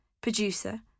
Producer